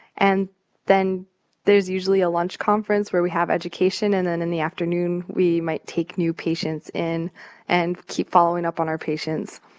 and then there's usually a lunch conference, where we have education. and then in the afternoon, we might take new patients in and keep following up on our patients.